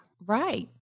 Right